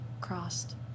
crossed